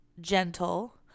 gentle